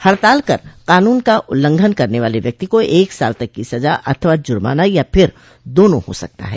हड़ताल कर कानून का उल्लंघन करने वाले व्यक्ति को एक साल तक की सजा अथवा जुर्माना या फिर दोनों हो सकता है